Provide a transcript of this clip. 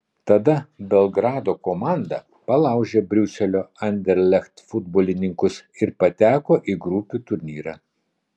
tada belgrado komanda palaužė briuselio anderlecht futbolininkus ir pateko į grupių turnyrą